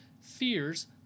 fears